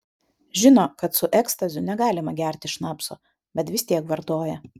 žino kad su ekstaziu negalima gerti šnapso bet vis tiek vartoja